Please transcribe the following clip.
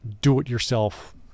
do-it-yourself